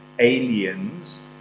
aliens